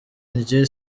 njye